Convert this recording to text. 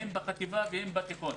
הן בחטיבה והן בתיכון.